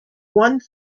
one